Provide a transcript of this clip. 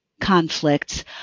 conflicts